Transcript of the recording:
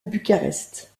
bucarest